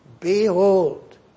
Behold